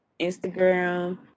Instagram